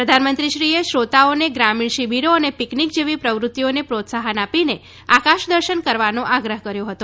પ્રધાનમંત્રીશ્રીએ શ્રોતાઓને ગ્રામીણ શિબિરો અને પીકનીક જેવી પ્રવૃત્તિઓને પ્રોત્સાહન આપીને આકાશ દર્શન કરવાનો આગ્રહ કર્યો હતો